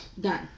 Done